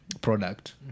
product